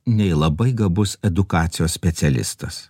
nei labai gabus edukacijos specialistas